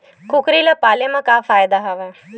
कुकरी ल पाले म का फ़ायदा हवय?